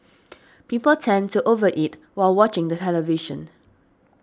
people tend to overeat while watching the television